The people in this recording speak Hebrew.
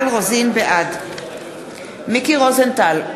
בעד מיקי רוזנטל,